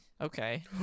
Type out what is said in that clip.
Okay